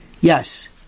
Yes